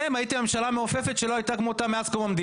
אתם הייתם הממשלה המעופפת שלא הייתה כמותה מאז קום המדינה.